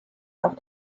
auch